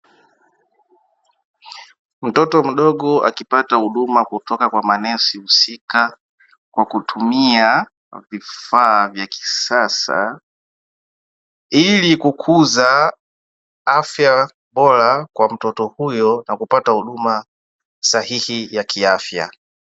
Mtoto mdogo akipata huduma kutoka kwa manesi husika kwa kutumia vifaa vya kisasa, ili kukuza afya bora kwa mtoto huyo na kupata huduma sahihi ya kiafya.